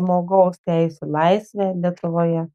žmogaus teisių laisvę lietuvoje